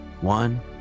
one